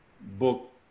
book